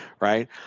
Right